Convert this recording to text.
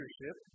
leadership